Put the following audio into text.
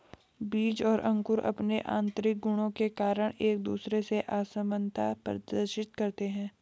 बीज और अंकुर अंपने आतंरिक गुणों के कारण एक दूसरे से असामनता प्रदर्शित करते हैं